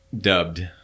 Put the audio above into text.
Dubbed